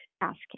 asking